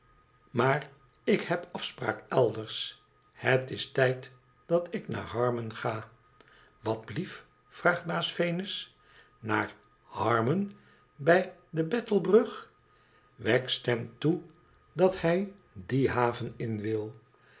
maar ik heb afspraak elders het is tijd dat ik naar harmon ga wat blief vraagt baas venus inaar harmon bij de battlebnig wegg stemt toe dat hij die haven in wil